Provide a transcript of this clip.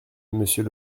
monsieur